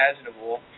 imaginable